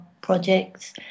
projects